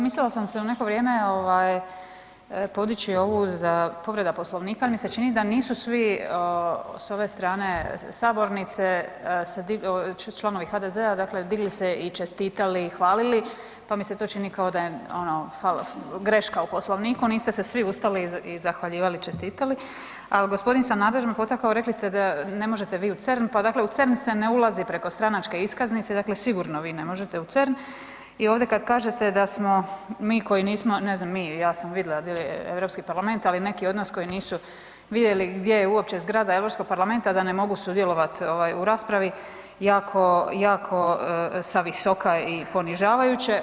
Mislila sam se u neko vrijeme ovaj podići ovu za povreda Poslovnika jer mi se čini da nisu svi s ove strane sabornice članovi HDZ-a dakle digli se i čestitali i hvalili, pa mi se to čini kao da je ono falo, greška u Poslovniku, niste se svi ustali i zahvaljivali i čestitali, ali gospodin Sanader me potakao, rekli ste ne možete vi u CERN, pa dakle u CERN se ne ulazi preko stranačke iskaznice, dakle sigurno vi ne možete u CERN i ovdje da kažete da smo mi koji nismo, ne znam ja sam vidla Europski parlament ali neki od nas koji nisu uopće vidjeli gdje je uopće zgrada Europskog parlamenta da ne mogu sudjelovati ovaj u raspravi jako, jako sa visoka i ponižavajuće.